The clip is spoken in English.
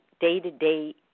day-to-day